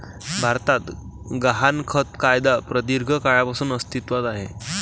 भारतात गहाणखत कायदा प्रदीर्घ काळापासून अस्तित्वात आहे